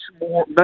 more